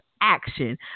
action